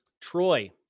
Troy